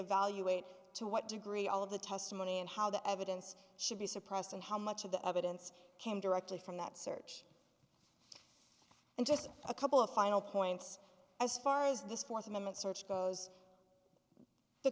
evaluate to what degree all of the testimony and how the evidence should be suppressed and how much of the evidence came directly from that search and just a couple of final points as far as this fourth amendment search goes the